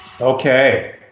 Okay